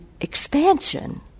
expansion